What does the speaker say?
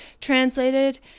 translated